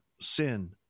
sin